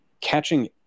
catching